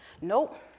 Nope